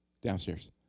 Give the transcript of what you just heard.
downstairs